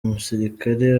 musirikare